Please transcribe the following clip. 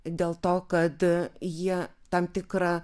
dėl to kad jie tam tikrą